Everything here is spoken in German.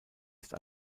ist